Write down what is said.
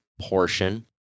portion